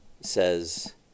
says